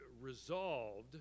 resolved